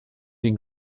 den